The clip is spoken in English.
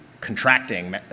contracting